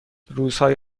روزهای